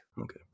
Okay